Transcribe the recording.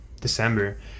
December